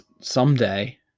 someday